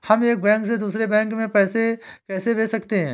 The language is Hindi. हम एक बैंक से दूसरे बैंक में पैसे कैसे भेज सकते हैं?